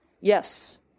Yes